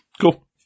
Cool